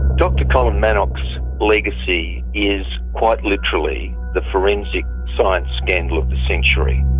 dr colin manock's legacy is quite literally the forensic science scandal of the century.